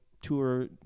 tour